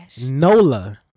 Nola